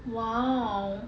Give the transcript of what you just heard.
!wow!